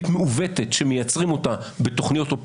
דהיינו הוראות שקבועות בסטטוס קוו